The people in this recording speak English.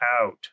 out